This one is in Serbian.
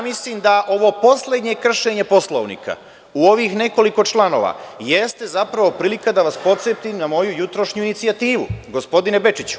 Mislim da ovo poslednje kršenje Poslovnika u ovih nekoliko članova jeste zapravo prilika da vas podsetim na moju jutrošnju inicijativu, gospodine Bečiću.